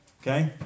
Okay